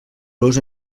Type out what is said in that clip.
los